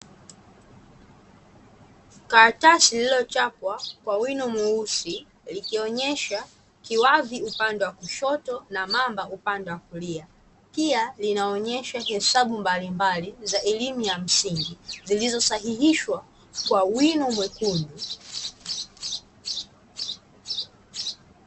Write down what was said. Karatasi lililo chapwa kwa wino mweusi likionyesha kiwavi upande wa kushoto na mamba upande wa kulia pia linaonyesha hesabu mbalimbali za elimu ya msingi zilizo sahihisha kwa wino mwekundu.